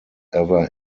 ever